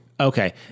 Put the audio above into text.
Okay